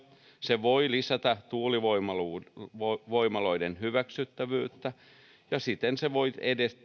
se voi lisätä tuulivoimaloiden hyväksyttävyyttä ja siten se voi